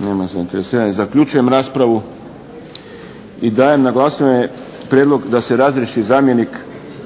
Nema zainteresiranih. Zaključujem raspravu. I dajem na glasovanje prijedlog da se razriješi zamjenik